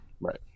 Right